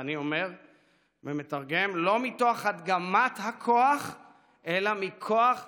ואני אומר ומתרגם: לא מתוך הדגמת הכוח אלא מכוח הדוגמה.